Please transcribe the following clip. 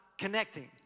Connecting